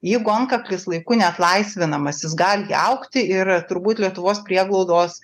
jeigu antkaklis laiku neatlaisvinamas jis gali įaugti ir turbūt lietuvos prieglaudos